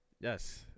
Yes